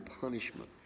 punishment